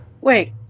Wait